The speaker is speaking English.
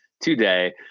today